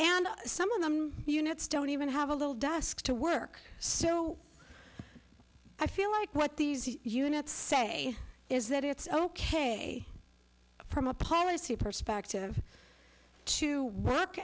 and some of the units don't even have a little desk to work so i feel like what these units say is that it's ok from a policy perspective to w